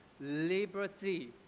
liberty